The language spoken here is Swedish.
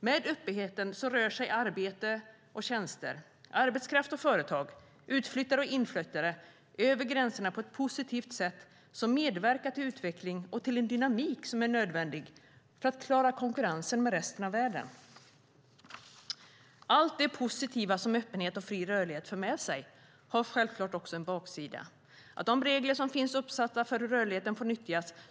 Med öppenheten rör sig arbete och tjänster, arbetskraft och företag, utflyttare och inflyttare över gränserna på ett positivt sätt som medverkar till utveckling och till en dynamik som är nödvändig för att klara konkurrensen från resten av världen. Allt det positiva som öppenhet och fri rörlighet för med sig har självklart också en baksida. Att de regler som finns uppsatta för hur rörligheten får nyttjas är självklart.